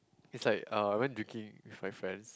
is like uh I when drinking with my friends